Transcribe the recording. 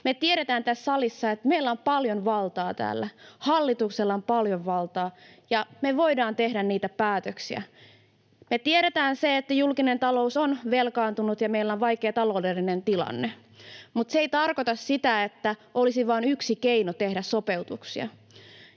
Me tiedetään tässä salissa, että meillä on paljon valtaa täällä, hallituksella on paljon valtaa, ja me voidaan tehdä niitä päätöksiä. Me tiedetään se, että julkinen talous on velkaantunut ja meillä on vaikea taloudellinen tilanne, mutta se ei tarkoita sitä, että olisi vain yksi keino tehdä sopeutuksia.